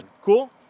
Cool